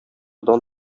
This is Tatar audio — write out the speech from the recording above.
дан